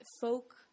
folk